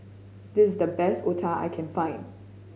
this is the best Otah I can find